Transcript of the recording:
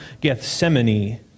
Gethsemane